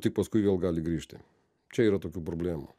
tik paskui vėl gali grįžti čia yra tokių problemų